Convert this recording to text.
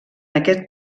aquest